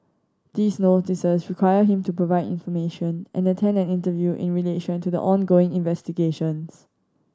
these Notices require him to provide information and attend an interview in relation to the ongoing investigations